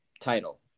title